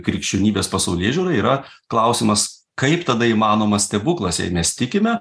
krikščionybės pasaulėžiūra yra klausimas kaip tada įmanomas stebuklas jei mes tikime